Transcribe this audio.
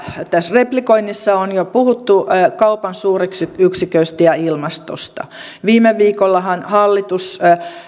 tässä replikoinnissa on jo puhuttu kaupan suuryksiköistä ja ilmastosta viime viikollahan hallitus